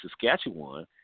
Saskatchewan